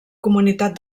comunitat